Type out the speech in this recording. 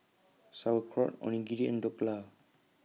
Sauerkraut Onigiri and Dhokla